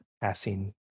passing